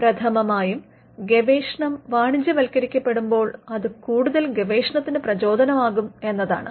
പ്രഥമമായും ഗവേഷണം വാണിജ്യവത്കരിക്കപ്പെടുമ്പോൾ അത് കൂടുതൽ ഗവേഷണത്തിന് പ്രചോദനമാകും എന്നതാണ്